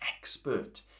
expert